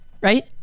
right